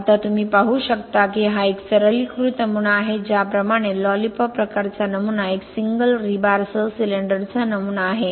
आता तुम्ही पाहू शकता की हा एक सरलीकृत नमुना आहे ज्याप्रमाणे लॉलीपॉप प्रकाराचा नमुना एक सिंगल रीबारसह सिलेंडरचा नमुना आहे